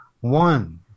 one